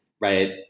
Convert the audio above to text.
right